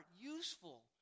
useful